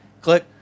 Click